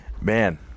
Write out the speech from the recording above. man